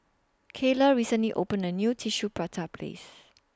Kyleigh recently opened A New Tissue Prata Restaurant